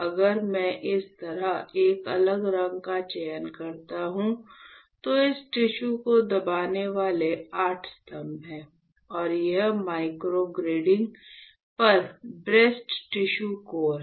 अगर मैं इस तरह एक अलग रंग का चयन करता हूं तो इस टिश्यू को दबाने वाले 8 स्तंभ हैं और यह माइक्रोग्रिड पर ब्रेस्ट टिश्यू कोर है